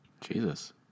Jesus